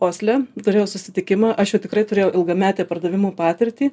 osle turėjau susitikimą aš jau tikrai turėjau ilgametę pardavimų patirtį